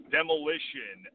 Demolition